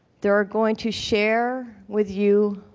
they are going to share with you